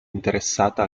interessata